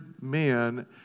men